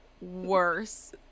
worse